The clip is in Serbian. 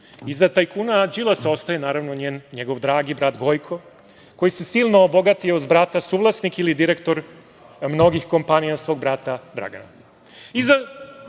tajkuna Đilasa ostaje, naravno, njegov dragi brat Gojko, koji se silno obogatio uz brata, suvlasnik ili direktor mnogih kompanija svog brata Dragana. Iza